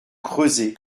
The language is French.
creuser